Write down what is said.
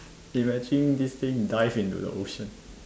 imagine this thing dives into the ocean